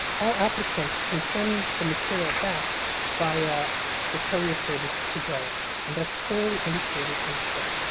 all applicants can send the material back via the courier service to go and that's clearly indicated on the form.